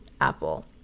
Apple